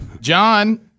John